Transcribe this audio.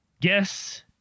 Guess